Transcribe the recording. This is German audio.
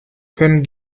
können